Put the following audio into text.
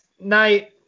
night